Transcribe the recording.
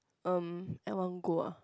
erm at one go ah